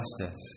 justice